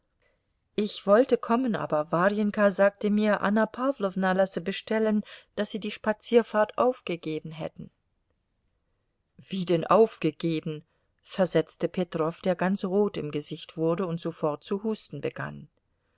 ich wollte kommen aber warjenka sagte mir anna pawlowna lasse bestellen daß sie die spazierfahrt aufgegeben hätten wie denn aufgegeben versetzte petrow der ganz rot im gesicht wurde und sofort zu husten begann